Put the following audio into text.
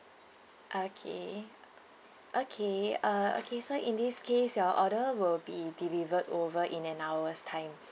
okay okay uh okay so in this case your order will be delivered over in an hour's time